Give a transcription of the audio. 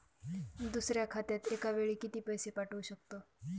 दुसऱ्या खात्यात एका वेळी किती पैसे पाठवू शकतो?